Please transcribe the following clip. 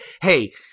hey